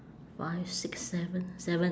five six seven seven